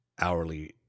hourly